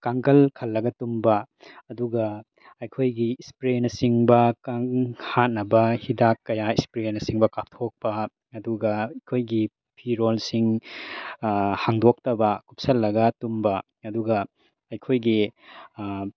ꯀꯥꯡꯈꯜ ꯈꯜꯂꯒ ꯇꯨꯝꯕ ꯑꯗꯨꯒ ꯑꯩꯈꯣꯏꯒꯤ ꯁ꯭ꯄꯔꯦꯅꯆꯤꯡꯕ ꯀꯥꯡ ꯍꯥꯠꯅꯕ ꯍꯤꯗꯥꯛ ꯀꯌꯥ ꯁ꯭ꯄꯔꯦꯅꯆꯤꯡꯕ ꯀꯥꯞꯊꯣꯛꯄ ꯑꯗꯨꯒ ꯑꯩꯈꯣꯏꯒꯤ ꯐꯤꯔꯣꯜꯁꯤꯡ ꯍꯥꯡꯗꯣꯛꯇꯕ ꯀꯨꯞꯁꯜꯂꯒ ꯇꯨꯝꯕ ꯑꯗꯨꯒ ꯑꯩꯈꯣꯏꯒꯤ